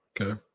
okay